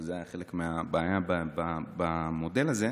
זה עוד לא היה מוסדר בחוק וזה היה חלק מהבעיה במודל הזה,